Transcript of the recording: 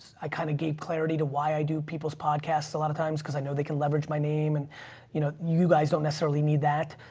i kind of gave clarity to why i do people's podcasts a lot of times because i know they can leverage my name and you know, you guys don't necessarily need that.